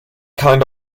kind